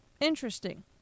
interesting